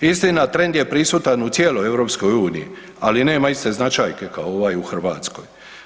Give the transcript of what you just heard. Istina, trend je prisutan u cijeloj EU, ali nema iste značajke kao ovaj u Hrvatskoj.